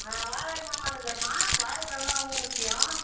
வாழைலாம் வாங்கலையாம்மா வாழைப்பழம் தான் ரொம்ப முக்கியம்